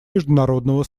международного